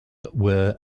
were